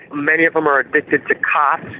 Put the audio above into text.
many of them are addicted to khat,